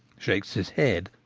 shakes his head,